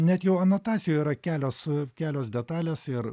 net jau anotacijoj yra kelios kelios detalės ir